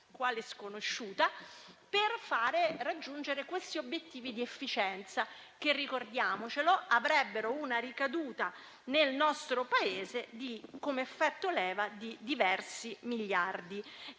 questa sconosciuta - per far raggiungere questi obiettivi di efficienza che - ricordiamolo - avrebbero una ricaduta nel nostro Paese come effetto leva di diversi miliardi.